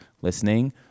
listening